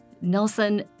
Nelson